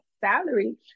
salary